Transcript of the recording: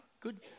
good